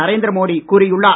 நரேந்திர மோடி கூறியுள்ளார்